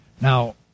Now